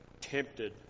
tempted